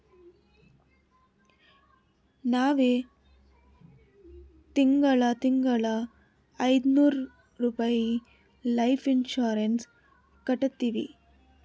ನಾವ್ ತಿಂಗಳಾ ತಿಂಗಳಾ ಐಯ್ದನೂರ್ ರುಪಾಯಿ ಲೈಫ್ ಇನ್ಸೂರೆನ್ಸ್ ಕಟ್ಟತ್ತಿವಿ